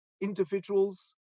individuals